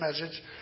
message